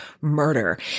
murder